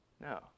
No